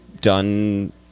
done